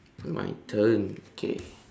my turn okay